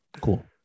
Cool